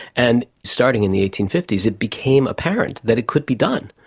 and starting in the eighteen fifty s it became apparent that it could be done,